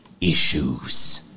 issues